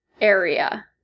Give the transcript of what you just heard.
area